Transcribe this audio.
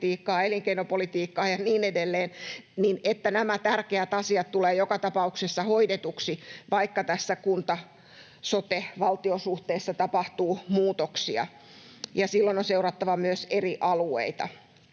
elinkeinopolitiikkaa ja niin edelleen, niin että nämä tärkeät asiat tulevat joka tapauksessa hoidetuiksi, vaikka tässä kunta—sote—valtio-suhteessa tapahtuu muutoksia, ja silloin on seurattava myös eri alueita.